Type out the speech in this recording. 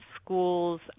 schools